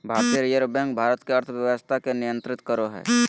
भारतीय reserve bank Bharat के अर्थव्यवस्था के नियन्त्रित करो हइ